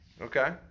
okay